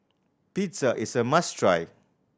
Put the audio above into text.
pizza is a must try